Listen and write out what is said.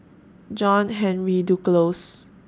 John Henry Duclos